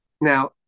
Now